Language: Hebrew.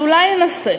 אז אולי ננסה.